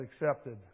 accepted